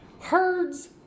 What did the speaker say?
herds